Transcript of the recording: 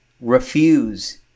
refuse